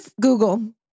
Google